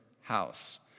house